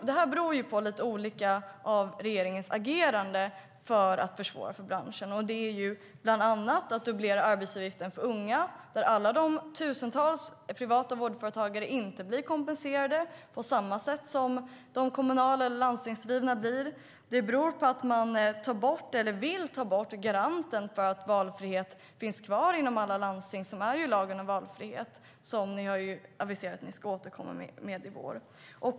Det här beror på regeringens agerande för att försvåra för branschen. Det är bland annat att man dubblerar arbetsgivaravgiften för unga, där alla de tusentals privata vårdföretagarna inte blir kompenserade på samma sätt som de kommunala eller landstingsdrivna blir. Det beror på att man vill ta bort garanten för att valfrihet finns kvar inom alla landsting, som ju är lagen om valfrihet, där ni har aviserat att ni ska återkomma i vår.